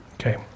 Okay